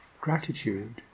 Gratitude